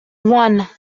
one